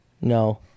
No